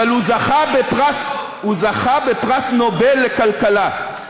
אבל הוא זכה בפרס נובל לכלכלה.